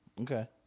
Okay